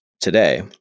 today